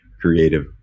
creative